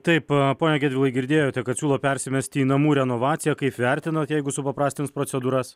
taip pone gedvilai girdėjote kad siūlo persimesti į namų renovaciją kaip vertinot jeigu supaprastins procedūras